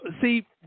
See